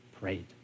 prayed